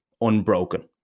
unbroken